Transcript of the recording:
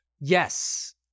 Yes